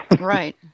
Right